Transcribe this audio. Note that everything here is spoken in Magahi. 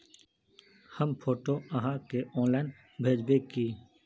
हम फोटो आहाँ के ऑनलाइन भेजबे की?